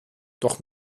doch